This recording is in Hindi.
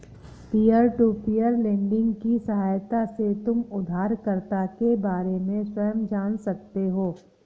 पीयर टू पीयर लेंडिंग की सहायता से तुम उधारकर्ता के बारे में स्वयं जान सकते हो